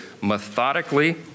methodically